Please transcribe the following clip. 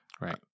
Right